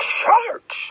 church